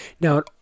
Now